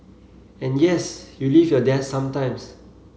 and yes you leave your desk sometimes